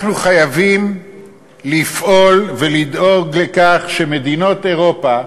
אנחנו חייבים לפעול ולדאוג לכך שמדינות אירופה